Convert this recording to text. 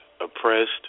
oppressed